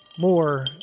More